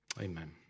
amen